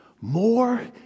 more